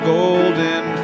golden